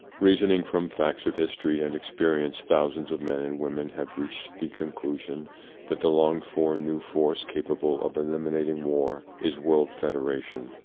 reasoning from facts of history and experience, thousands of men and women have reached the conclusion that the longed for new force capable of eliminating war is world federa tion.